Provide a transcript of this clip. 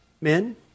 Men